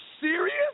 serious